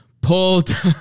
Pulled